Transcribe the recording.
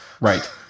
Right